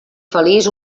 feliç